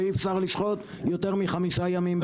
ואי אפשר לשחוט יותר מחמישה ימים בשבוע,